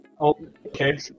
okay